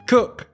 Cook